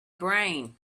brain